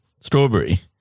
strawberry